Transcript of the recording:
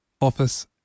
office